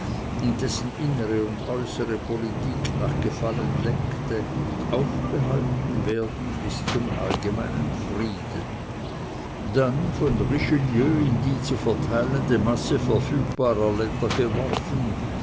und dessen innere und äußere politik nach gefallen lenkte aufbehalten werden bis zum allgemeinen frieden dann von richelieu in die zu verteilende masse verfügbarer länder geworfen